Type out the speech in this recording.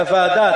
אתה ועדה.